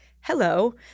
hello